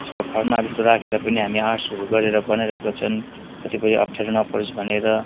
यसको फर्मा जस्तो राखेर पनि हामी आर्ट्सहरू गरेर बनाइरहेका छन् कतिपय अप्ठ्यारो नपरोस् भनेर